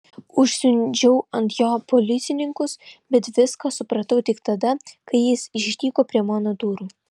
užsiundžiau ant jo policininkus bet viską supratau tik tada kai jis išdygo prie mano durų